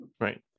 Right